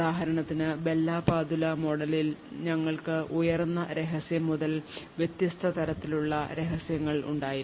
ഉദാഹരണത്തിന് Bell La Padula മോഡലിൽ ഞങ്ങൾക്ക് ഉയർന്ന രഹസ്യം മുതൽ വ്യത്യസ്ത തലങ്ങളിലുള്ള രഹസ്യങ്ങൾ ഉണ്ടായിരുന്നു